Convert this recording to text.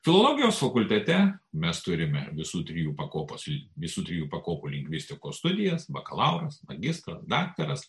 filologijos fakultete mes turime visų trijų pakopos visų trijų pakopų lingvistikos studijas bakalauras magistras daktaras